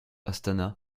astana